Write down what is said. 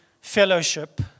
fellowship